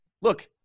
look